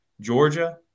Georgia